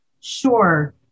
Sure